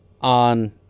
on